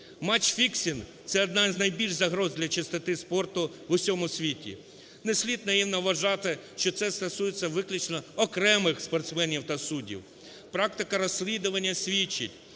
Матч-фіксінг – це одна з найбільших загроз для чистоти спорту в усьому світі. Не слід наївно вважати, що це стосується виключно окремих спортсменів та суддів. Практика розслідування свідчить,